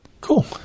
Cool